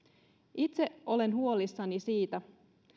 itse olen huolissani siitä